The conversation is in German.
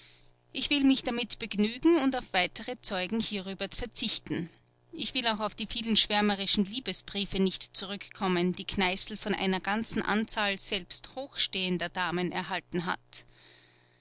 ich will mich damit begnügen und auf weitere zeugen hierüber verzichten ich will auch auf die vielen schwärmerischen liebesbriefe nicht zurückkommen die kneißl von einer ganzen anzahl selbst hochstehender damen erhalten hat